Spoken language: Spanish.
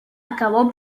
acabó